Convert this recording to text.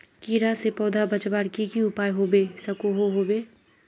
कीड़ा से पौधा बचवार की की उपाय होबे सकोहो होबे?